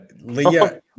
Leah